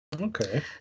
Okay